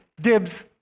dibs